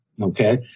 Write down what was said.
okay